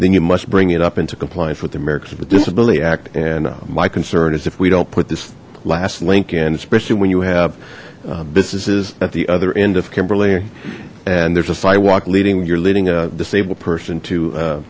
then you must bring it up into compliance with the americans with disability act and my concern is if we don't put this last link in especially when you have businesses at the other end of kimberly and there's a sidewalk leading you're leading a disabled person to